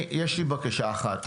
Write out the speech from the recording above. יש לי בקשה אחת.